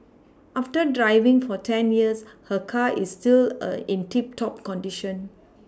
after driving for ten years her car is still a in tip top condition